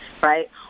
Right